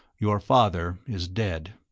your father is dead.